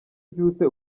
ubyutse